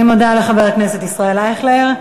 אני מודה לחבר הכנסת ישראל אייכלר.